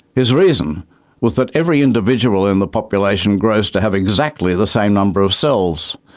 his reason was that every individual in the population grows to have exactly the same number of cells.